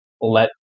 let